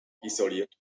isoliert